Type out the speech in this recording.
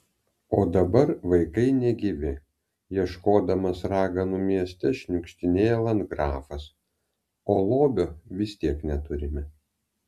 o dabar vaikai negyvi ieškodamas raganų mieste šniukštinėja landgrafas o lobio vis tiek neturime